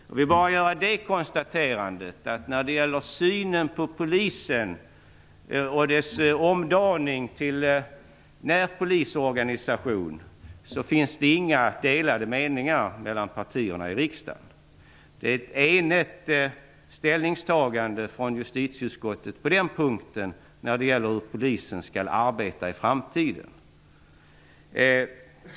Jag vill bara göra konstaterandet att det inte finns några delade meningar mellan partierna i riksdagen när det gäller synen på Polisen och dess omdaning till närpolisorganisation. Det är ett enigt ställningstagande från justitieutskottet när det gäller hur Polisen skall arbeta i framtiden.